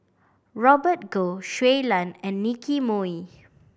Robert Goh Shui Lan and Nicky Moey